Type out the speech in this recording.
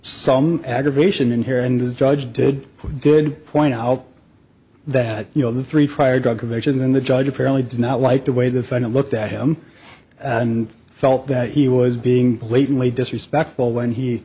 some aggravation in here and this judge did did point out that you know the three prior drug conviction and the judge apparently did not like the way the final looked at him and felt that he was being blatantly disrespectful when he